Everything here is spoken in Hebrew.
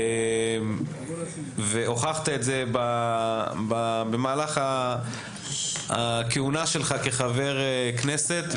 והוכחת את זה במהלך הכהונה שלך כחבר כנסת.